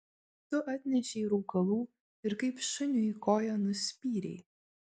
tu atnešei rūkalų ir kaip šuniui koja nuspyrei